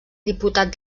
diputat